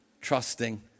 trusting